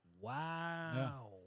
Wow